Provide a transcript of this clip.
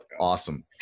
Awesome